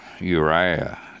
Uriah